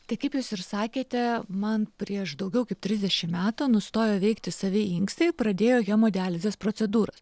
tai kaip jūs ir sakėte man prieš daugiau kaip trisdešimt metų nustojo veikti savi inkstai pradėjo hemodializės procedūras